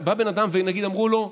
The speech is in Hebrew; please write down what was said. בא בן אדם, ונגיד אמרו לו: